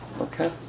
Okay